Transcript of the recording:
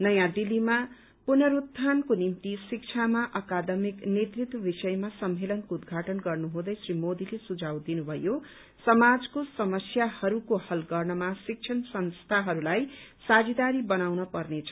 नयाँ दिल्लीमा पुनरूत्यानको निम्ति शिक्षामा अकादमिक नेतृत्व विषयमा सम्मेलनको उद्दघाटन गर्नुहुँदै श्री मोदीले सुझाव दिनुभयो समाजको समस्याहरूको हल गर्नमा शिक्षण संस्थाहरूलाई साझेदारी बनाउन पर्नेछ